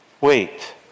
wait